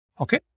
Okay